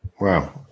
Wow